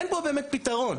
אין פה באמת פתרון.